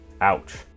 Ouch